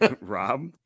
Rob